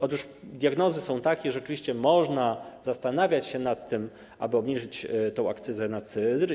Otóż diagnozy są takie, że rzeczywiście można zastanawiać się nad tym, aby obniżyć tę akcyzę na cydr.